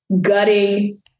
gutting